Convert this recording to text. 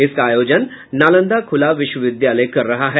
इसका आयोजन नालंदा खुला विश्वविद्यालय कर रहा है